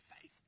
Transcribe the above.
faith